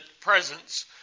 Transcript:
presence